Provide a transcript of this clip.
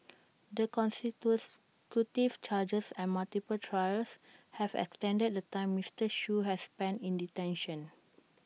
the consecutive charges and multiple trials have extended the time Mister Shoo has spent in detention